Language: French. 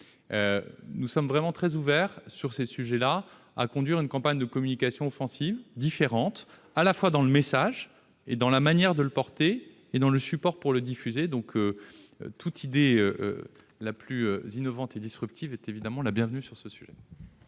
Nous sommes très ouverts pour conduire une campagne de communication offensive, différente à la fois dans le message, dans la manière de le porter et dans le support pour le diffuser. Toute idée innovante et disruptive est évidemment la bienvenue sur ce sujet.